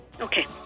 Okay